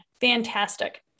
Fantastic